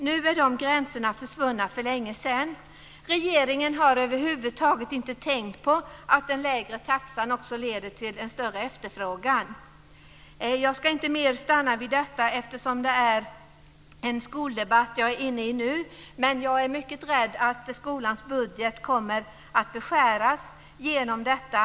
Nu är de gränserna försvunna för länge sedan. Regeringen har över huvud taget inte tänkt på att den lägre taxan också leder till en större efterfrågan. Jag ska inte stanna längre vid detta eftersom detta är en skoldebatt, men jag är mycket rädd att skolans budget kommer att beskäras genom detta.